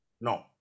no